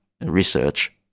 research